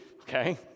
Okay